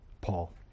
Paul